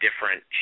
different